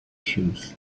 shoes